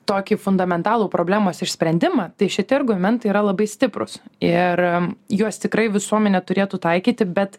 tokį fundamentalų problemos išsprendimą tai šiti argumentai yra labai stiprūs ir juos tikrai visuomenė turėtų taikyti bet